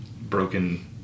broken